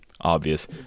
obvious